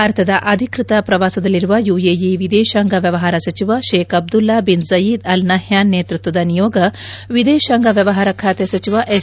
ಭಾರತದ ಅಧಿಕ್ಷತ ಪ್ರವಾಸದಲ್ಲಿರುವ ಯುಎಇ ವಿದೇಶಾಂಗ ವ್ಯವಹಾರ ಸಚಿವ Sheikh Abdullah bin Zayed Al Nahyan ನೇತ್ವತ್ಲದ ನಿಯೋಗ ವಿದೇಶಾಂಗ ವ್ಯವಹಾರ ಖಾತೆ ಸಚಿವ ಎಸ್